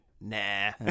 nah